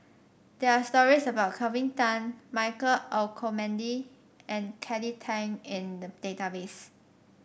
there are stories about Kelvin Tan Michael Olcomendy and Kelly Tang in the database